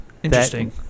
Interesting